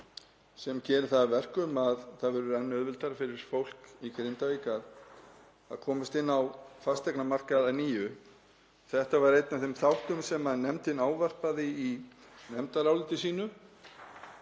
sem gerir það að verkum að enn auðveldara verður fyrir fólk í Grindavík að komast inn á fasteignamarkað að nýju. Þetta var einn af þeim þáttum sem nefndin fjallaði um í nefndaráliti sínu.